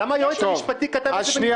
אז למה היועץ המשפטי כתב את זה בנפרד?